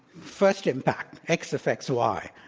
first, in fact, x affects y.